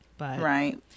Right